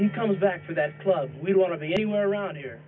he comes back to that club we want to be anywhere around here